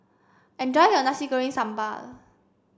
enjoy your Nasi Goreng Sambal